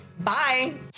bye